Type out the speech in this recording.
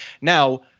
Now